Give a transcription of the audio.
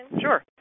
Sure